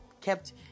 kept